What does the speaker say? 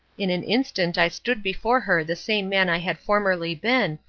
in an instant i stood before her the same man i had formerly been,